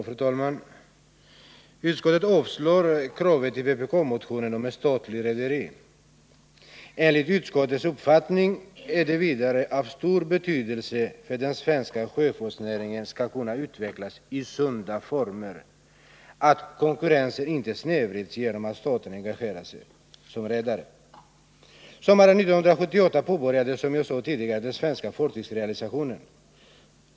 Fru talman! Utskottet avstyrker yrkandet i vpk-motionen om ett statligt rederi. Enligt utskottets uppfattning är det av stor betydelse att den svenska sjöfartsnäringen kan utvecklas i sunda former och att konkurrensen inte snedvrids genom att staten engagerar sig som redare. Sommaren 1978 påbörjades, som jag nämnde tidigare, den svenska fartygsrealisationen.